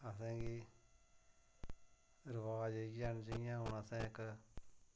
ते असें गी रवाज़ इयै न जियां हून असें इक